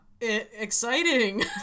exciting